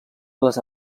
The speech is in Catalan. les